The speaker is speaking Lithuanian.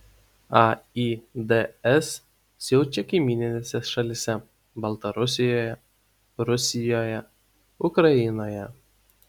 aids siaučia kaimyninėse šalyse baltarusijoje rusijoje ukrainoje